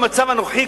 במצב הנוכחי,